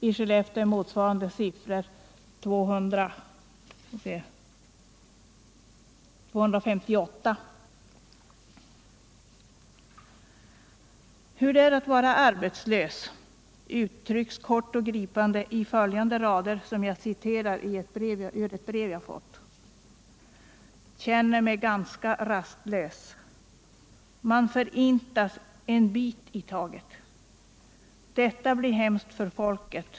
I Skellefteå är motsvarande antal 300 i dag mot 150 i fjol. Hur det är att vara arbetslös uttrycks kort och gripande i följande rader som jagciterar ur ett brev jag fått: ”Känner mig ganska rastlös. Man förintas en bit i taget. Detta blir hemskt för folket.